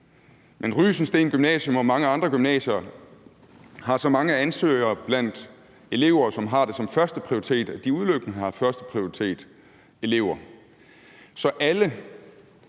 Men Rysensteen Gymnasium og mange andre gymnasier har så mange ansøgere blandt elever, som har det som første prioritet, at de udelukkende har førsteprioritetselever. Så alle,